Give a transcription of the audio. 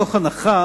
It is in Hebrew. מתוך הנחה